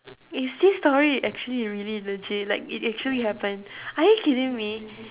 is this story actually really legit like it actually happened are you kidding me